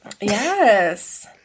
Yes